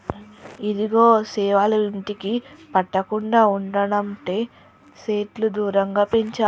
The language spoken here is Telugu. ఇదిగో సేవలు ఇంటికి పట్టకుండా ఉండనంటే సెట్లు దూరంగా పెంచాలి